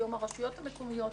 הרשויות המקומיות